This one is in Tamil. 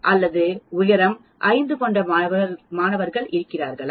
அல்லது உயரம் 5 கொண்ட மாணவர்கள் இருக்கிறார்களா